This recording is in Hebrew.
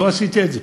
לא עשיתי את זה,